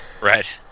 right